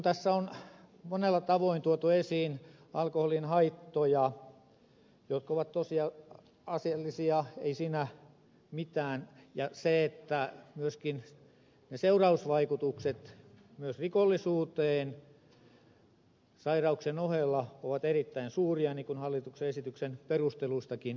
tässä on monella tavoin tuotu esiin alkoholin haittoja jotka ovat tosiasiallisia ei siinä mitään ja myöskin seurausvaikutukset rikollisuuteen sairauksien ohella ovat erittäin suuria niin kuin hallituksen esityksen perusteluistakin käy ilmi